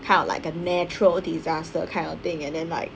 kind of like a natural disaster kind of thing and then like